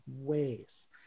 ways